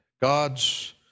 God's